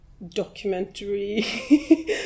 documentary